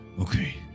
Okay